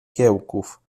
kiełków